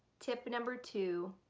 tip number two.